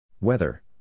Weather